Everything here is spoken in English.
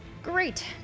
Great